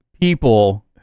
people